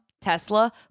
Tesla